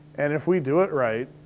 and if we do it right,